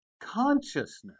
consciousness